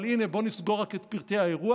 אבל נסגור רק את פרטי האירוח.